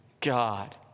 God